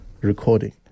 recording